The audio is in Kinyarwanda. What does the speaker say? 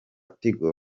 tigo